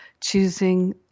choosing